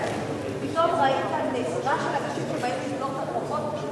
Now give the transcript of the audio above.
פתאום ראית נהירה של אנשים שבאים לבדוק את החובות?